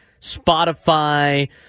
Spotify